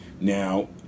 Now